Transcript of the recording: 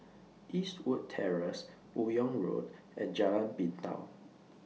Eastwood Terrace Buyong Road and Jalan Pintau